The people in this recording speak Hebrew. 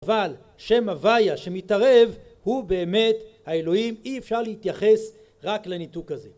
אבל שם הוויה שמתערב הוא באמת האלוהים אי אפשר להתייחס רק לניתוק הזה